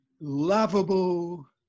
lovable